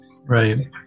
Right